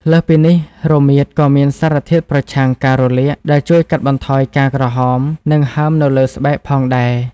លើសពីនេះ រមៀតក៏មានសារធាតុប្រឆាំងការរលាក ដែលជួយកាត់បន្ថយការក្រហម និងហើមនៅលើស្បែកផងដែរ។